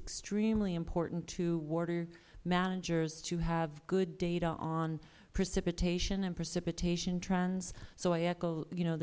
extremely important to water managers to have good data on precipitation and precipitation trends so i echo you know